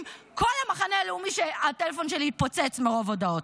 ראש הממשלה ועל כל מה שצודק במדינה הזאת.